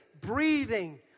breathing